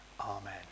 amen